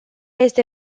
este